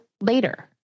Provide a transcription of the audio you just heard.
later